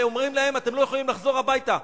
ואומרים להם: אתם לא יכולים לחזור הביתה.